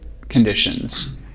conditions